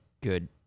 good